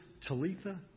Talitha